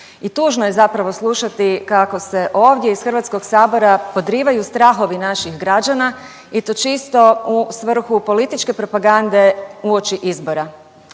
i tužno je zapravo slušati kako se ovdje iz Hrvatskog sabora podrivaju strahovi naših građana i to čisto u svrhu političke propagande uoči izbora.